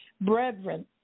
Brethren